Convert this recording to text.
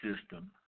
system